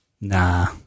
Nah